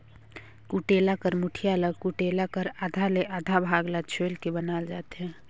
कुटेला कर मुठिया ल कुटेला कर आधा ले आधा भाग ल छोएल के बनाल जाथे